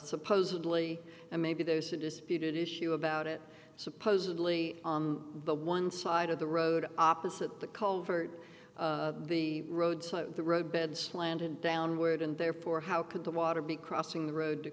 supposedly and maybe there's a disputed issue about it supposedly on the one side of the road opposite the culvert the road side of the road bed slanted downward and therefore how could the water be crossing the road to